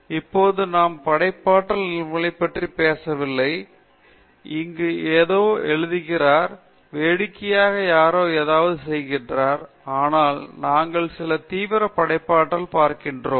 இப்போது நாம் படைப்பாற்றல் நிகழ்வுகளை பற்றி பேசவில்லை யாரோ இங்கே ஏதோ எழுதுகிறார் வேடிக்கையாக யாரோ ஏதாவது செய்கிறார்கள் ஆனால் நாங்கள் சில தீவிர படைப்பாற்றல் பார்க்கிறோம்